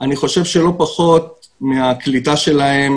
אני חושב שלא פחות מהקליטה שלהם,